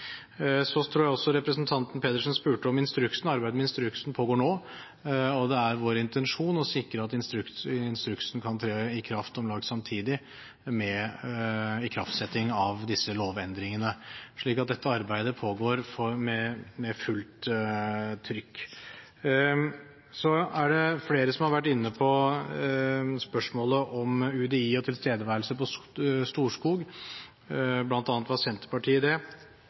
Så tror jeg representanten Pedersen også spurte om instruksen. Arbeidet med instruksen pågår nå, og det er vår intensjon å sikre at instruksen kan tre i kraft om lag samtidig med ikraftsetting av disse lovendringene, slik at dette arbeidet pågår med fullt trykk. Så er det flere som har vært inne på spørsmålet om UDI og tilstedeværelse på Storskog, bl.a. var Senterpartiet inne på det.